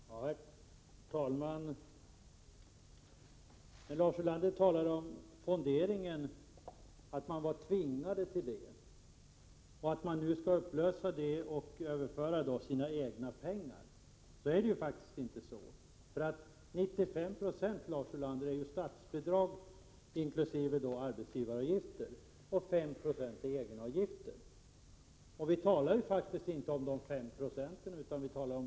Herr talman! Lars Ulander sade att man var tvingad till fondering men att man nu skall återföras sina egna pengar. Men så är det faktiskt inte, Lars Ulander. Ty 95 90 av pengarna utgörs av statsbidrag, inkl. arbetsgivaravgifter, och 5 96 av egenavgifter. Vi talar ju faktiskt inte om dessa 5 960, utan om 100 9.